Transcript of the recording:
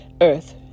earth